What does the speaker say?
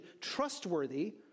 trustworthy